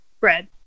bread